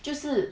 就是